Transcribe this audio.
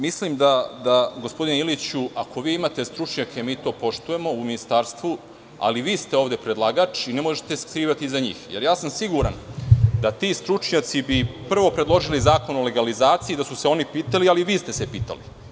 Mislim da, gospodine Iliću, ako imate stručnjake u ministarstvu, mi to poštujemo, ali vi ste ovde predlagač i ne možete se skrivati iza njih, jer ja sam siguran da bi ti stručnjaci prvo predložili izmenu Zakona o legalizaciji da su se oni pitali, ali vi ste se pitali.